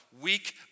weak